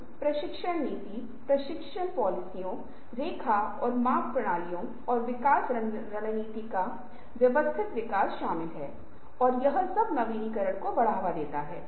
कई अन्य तरीके हैं अब कुछ क्लासिक तरीके हैं जैसे परीक्षण और त्रुटि जहां आप बार बार चीजों को करने की कोशिश करते रहते हैं